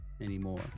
anymore